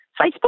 Facebook